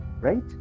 right